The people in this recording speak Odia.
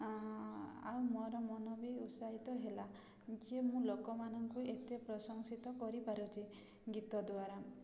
ଆଉ ମୋର ମନ ବି ଉତ୍ସାହିତ ହେଲା ଯେ ମୁଁ ଲୋକମାନଙ୍କୁ ଏତେ ପ୍ରଶଂସିତ କରିପାରୁଛି ଗୀତ ଦ୍ୱାରା